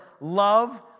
love